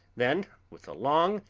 then with a long,